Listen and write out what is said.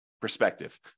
Perspective